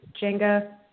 Jenga